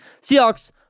Seahawks